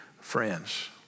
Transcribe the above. friends